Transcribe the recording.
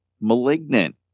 *Malignant*